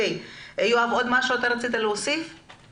יואב רצית להוסיף עוד משהו?